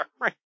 right